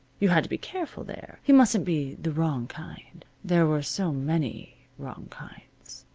you had to be careful there. he mustn't be the wrong kind. there were so many wrong kinds.